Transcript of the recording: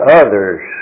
others